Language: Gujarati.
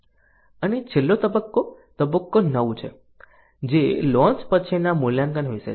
અને છેલ્લો તબક્કો તબક્કો 9 છે જે લોન્ચ પછીના મૂલ્યાંકન વિશે છે